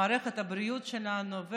מערכת הבריאות שלנו,